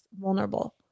vulnerable